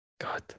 God